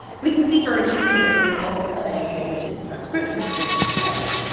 we can see very easily that the results pertain to images and transcriptions, as i just said.